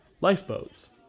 Lifeboats